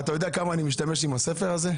אתה יודע כמה אני משתמש בספר הזה?